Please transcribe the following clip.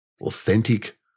authentic